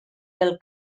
del